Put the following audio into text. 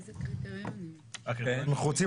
היה זמן, מאמץ, אבל זה משתלם, כי אנחנו רוצים